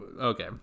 Okay